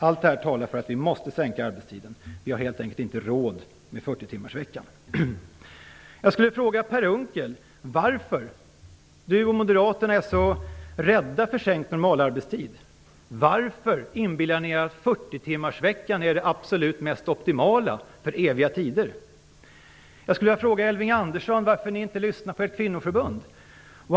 Allting talar för att vi måste sänka arbetstiden. Vi har helt enkelt inte råd med 40-timmarsveckan. Jag skulle vilja fråga Per Unckel: Varför är ni moderater så rädda för sänkt normalarbetstid? Varför inbillar ni er att 40 timmar är det absolut optimala för eviga tider? Jag skulle vilja fråga Elving Andersson: Varför lyssnar ni inte på ert kvinnoförbund?